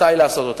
מתי לעשות אותה,